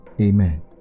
amen